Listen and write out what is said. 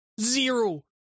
Zero